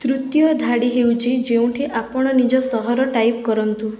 ତୃତୀୟ ଧାଡ଼ି ହେଉଛି ଯେଉଁଠି ଆପଣ ନିଜ ସହର ଟାଇପ୍ କରନ୍ତୁ